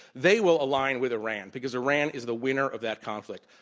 they will align with iran, because iran is the winner of that conflict.